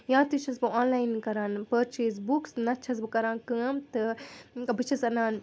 یا تہِ چھَس بہٕ آن لایِن کران پٔرچیز بُکُس نَتہٕ چھَس بہٕ کران کٲم تہٕ بہٕ چھَس اَنان